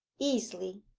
easily.